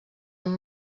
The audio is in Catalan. amb